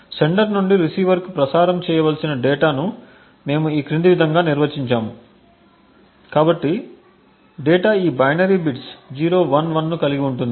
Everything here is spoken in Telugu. సెండర్ నుండి రిసీవర్కు ప్రసారం చేయవలసిన డేటాను మేము ఈ క్రింది విధంగా నిర్వచించాము కాబట్టి డేటా ఈ బైనరీ బిట్స్ 011 ను కలిగి ఉంటుంది